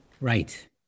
Right